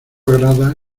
agrada